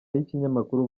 y’ikinyamakuru